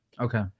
Okay